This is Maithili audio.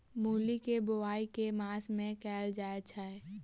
मूली केँ बोआई केँ मास मे कैल जाएँ छैय?